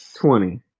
twenty